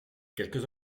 quelques